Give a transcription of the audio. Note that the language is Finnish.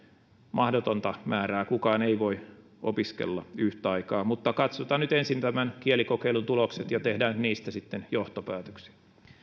mahdotonta määrää kukaan ei voi opiskella yhtä aikaa mutta katsotaan nyt ensin tämän kielikokeilun tulokset ja tehdään niistä sitten johtopäätöksiä